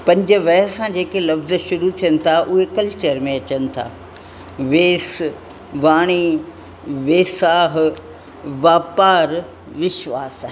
पंज व सां जेके लफ़्ज़ शुरू थियनि था उहे कल्चर में अचनि था वेस वाणी वेसाहु वापारु विश्वासु